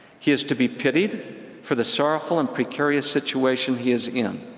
he is to be pitied for the sorrowful and precarious situation he is in.